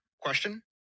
Question